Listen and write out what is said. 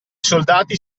soldati